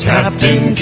Captain